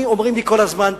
אומרים לי כל הזמן,